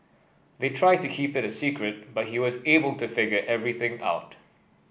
they tried to keep it a secret but he was able to figure everything out